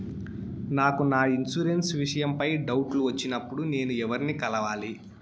నాకు నా ఇన్సూరెన్సు విషయం పై డౌట్లు వచ్చినప్పుడు నేను ఎవర్ని కలవాలి?